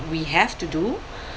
we have to do